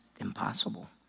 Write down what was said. impossible